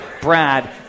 brad